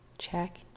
check